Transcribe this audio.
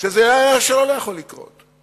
שזה היה איכשהו יכול לא לקרות.